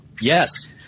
Yes